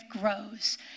grows